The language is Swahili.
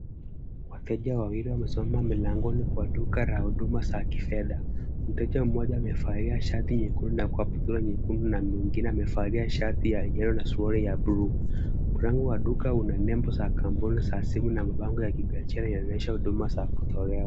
Wateja wawili wamesimama mlangoni kwa duka la huduma za kifedha. Mteja mmoja amevalia shati nyekundu na kaptura nyekundu na mwingine amevalia shati ya yellow na suruali ya buluu. Mlango wa duka una nembo za kampuni za simu na mabango ya kibiashara yanaonyesha huduma za kutolewa.